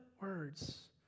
words